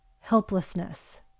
helplessness